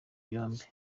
byombi